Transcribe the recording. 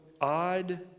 odd